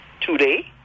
today